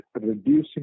reducing